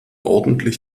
ordentlich